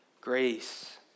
Grace